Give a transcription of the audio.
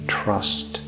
trust